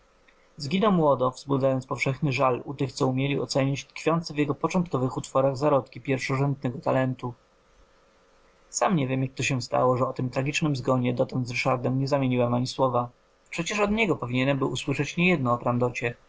zginął młodo wzbudzając powszechny żal u tych co umieli ocenić tkwiące w jego początkowych utworach zarodki pierwszorzędnego talentu sam nie wiem jak się stało że o tym tragicznym zgonie dotąd z ryszardem nie zamieniłem ani słowa a przecież od niego powinienem był usłyszeć niejedno o